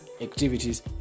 activities